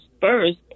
first